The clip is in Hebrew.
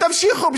תמשיכו.